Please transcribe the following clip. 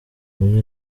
hamwe